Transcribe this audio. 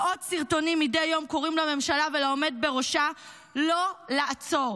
מאות סרטונים מדי יום קוראים לממשלה ולעומד בראשה לא לעצור.